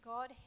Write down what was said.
God